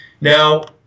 Now